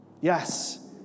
Yes